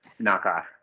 knockoff